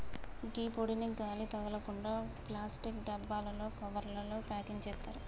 గీ పొడిని గాలి తగలకుండ ప్లాస్టిక్ డబ్బాలలో, కవర్లల ప్యాకింగ్ సేత్తారు